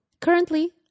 currently